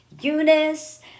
Eunice